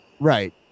Right